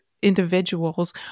Individuals